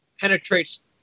penetrates